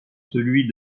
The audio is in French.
celui